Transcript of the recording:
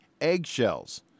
eggshells